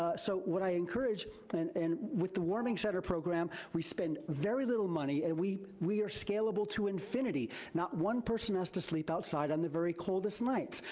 ah so what i encourage, and and with the warming center program, we spend very little money and we we are scalable to infinity, not one person has to sleep outside on the very coldest nights.